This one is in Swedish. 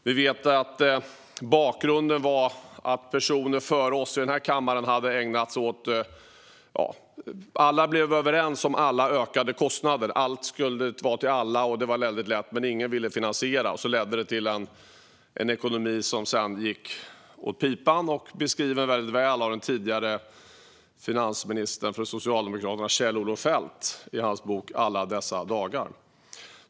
Vi vet att bakgrunden var att personer före oss i denna kammare kommit överens om ökade kostnader: Allt skulle vara till alla, och det var väldigt lätt - men ingen ville finansiera det. Det ledde till en ekonomi som gick åt pipan, vilket har beskrivits väldigt väl av den tidigare socialdemokratiske finansministern Kjell-Olof Feldt i hans bok Alla dessa dagar .